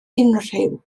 unrhyw